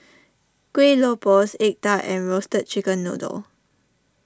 Kueh Lopes Egg Tart and Roasted Chicken Noodle